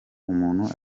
umuntu